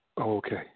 Okay